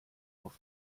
auf